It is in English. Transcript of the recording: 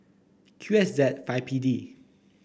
Q S Z five P D